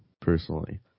personally